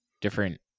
different